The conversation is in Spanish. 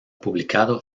publicado